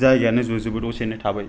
जायगायानो जोबजोबो दसेनो थाबै